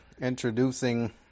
introducing